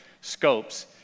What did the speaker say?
Scopes